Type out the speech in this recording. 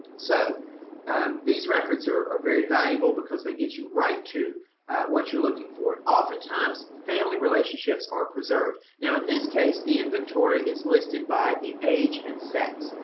so these records are are very valuable, because they get you right to what you're looking for. oftentimes family relationships are preserved. now in this case, the inventory is listed by the age and sex,